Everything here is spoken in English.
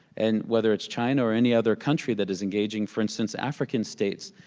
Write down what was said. and whether it's china or any other country that is engaging, for instance, african states,